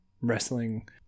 wrestling